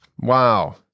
Wow